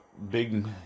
big